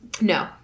No